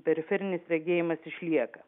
periferinis regėjimas išlieka